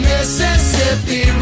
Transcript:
Mississippi